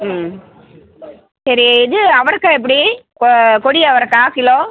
ம் செரி இது அவரக்கா எப்புடி கொ கொடி அவரக்கா கிலோ